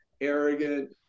arrogant